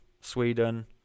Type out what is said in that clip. sweden